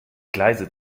gleise